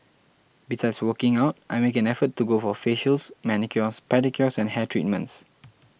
besides working out I make an effort to go for facials manicures pedicures and hair treatments